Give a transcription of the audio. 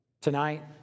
Tonight